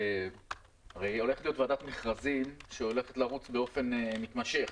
הרי הולכת להיות ועדת מכרזים שתרוץ באופן מתמשך,